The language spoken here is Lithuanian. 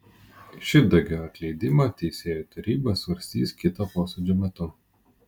šidagio atleidimą teisėjų taryba svarstys kito posėdžio metu